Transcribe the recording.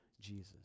Jesus